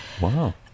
Wow